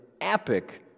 epic